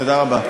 תודה רבה.